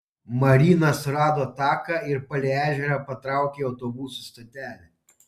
marina surado taką ir palei ežerą patraukė į autobusų stotelę